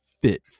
fit